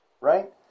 right